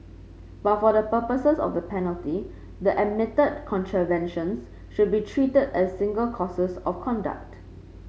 but for the purposes of the penalty the admitted contraventions should be treated as single courses of conduct